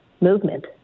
movement